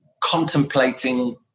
contemplating